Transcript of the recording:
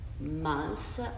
months